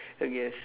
I guess